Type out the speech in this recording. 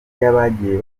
y’abagiye